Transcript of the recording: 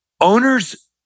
Owners